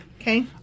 Okay